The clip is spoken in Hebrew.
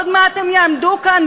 עוד מעט הם יעמדו כאן,